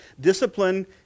Discipline